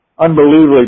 unbelievably